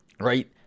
Right